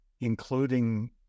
including